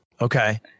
Okay